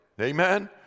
Amen